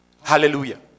Hallelujah